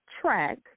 track